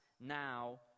now